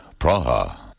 Praha